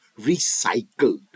recycled